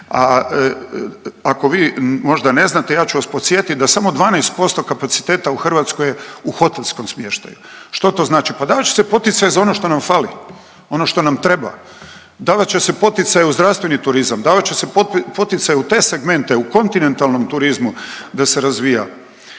A ako vi možda ne znate ja ću vas podsjetit da samo 12% kapaciteta u Hrvatskoj je hotelskom smještaju. Što to znači? Pa davat će se poticaj za ono što nam fali, ono što nam treba, davat će se poticaj u zdravstveni turizam, davat će se poticaj u te segmente u kontinentalnom turizmu da se razvija.